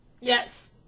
Yes